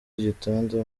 y’igitanda